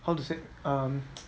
how to say um